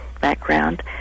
background